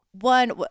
one